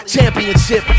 Championship